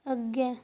अग्गें